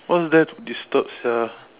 what's there to disturb sia